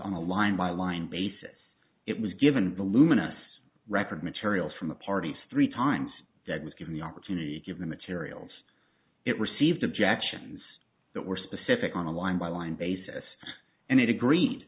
on a line by line basis it was given voluminous record material from the parties three times that was given the opportunity to give the materials it received objections that were specific on a line by line basis and it agreed